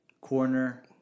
corner